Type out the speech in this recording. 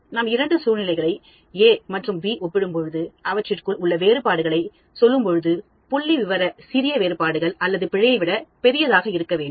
நாம் இரண்டு சூழ்நிலைகளை A மற்றும் B ஒப்பிடும் பொழுது அவற்றிற்குள் உள்ள வேறுபாடுகளை சொல்லும்பொழுது புள்ளிவிவர சிறிய வேறுபாடுகள் அல்லது பிழையை விட பெரியதாக இருக்க வேண்டும்